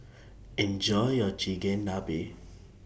Enjoy your Chigenabe